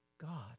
God